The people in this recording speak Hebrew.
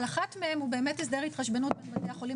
אבל אחת מהן היא באמת הסדר התחשבנות בין בתי החולים